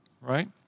right